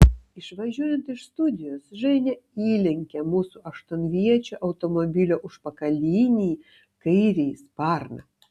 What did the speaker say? išvažiuojant iš studijos ženia įlenkė mūsų aštuonviečio automobilio užpakalinį kairįjį sparną